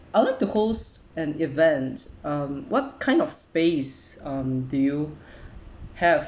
I would like the host an events um what kind of space um do you have